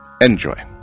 Enjoy